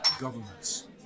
governments